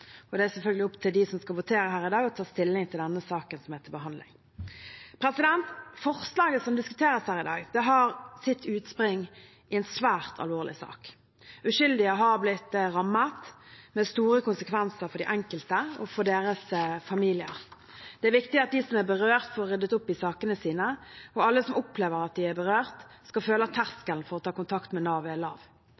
det. Det er selvfølgelig opp til dem som skal votere her i dag, å ta stilling til denne saken som er til behandling. Forslaget som diskuteres her i dag, har sitt utspring i en svært alvorlig sak. Uskyldige har blitt rammet, med store konsekvenser for de enkelte og for deres familier. Det er viktig at de som er berørt, får ryddet opp i sakene sine. Alle som opplever at de er berørt, skal føle at